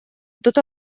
tota